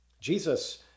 Jesus